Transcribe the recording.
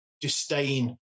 disdain